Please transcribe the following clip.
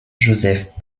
joseph